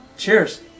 Cheers